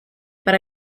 but